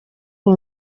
uwo